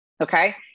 Okay